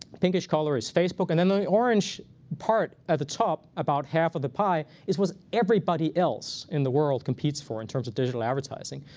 pinkish color is facebook. and then then the orange part at the top about half of the pie is what everybody else in the world competes for in terms of digital advertising.